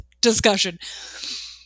discussion